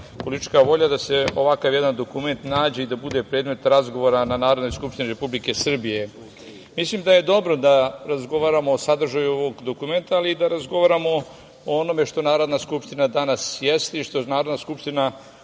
politička volja da se ovakav jedan dokument nađe i da bude predmet razgovora na Narodnoj skupštini Republike Srbije. Mislim da je dobro da razgovaramo o sadržaju ovog dokumenta, ali i da razgovaramo o onome što Narodna skupština danas jeste i što Narodna skupština